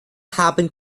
haben